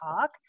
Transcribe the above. talk